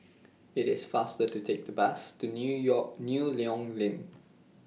IT IS faster to Take The Bus to New York New Loyang LINK